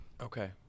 Okay